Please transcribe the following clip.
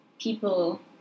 people